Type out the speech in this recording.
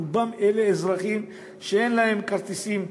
רובם אזרחים שאין להם כרטיסים,